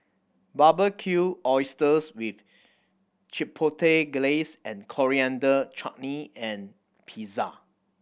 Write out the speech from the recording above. Barbecued Oysters with Chipotle Glaze Coriander Chutney and Pizza